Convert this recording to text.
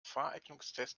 fahreignungstest